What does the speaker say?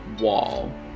wall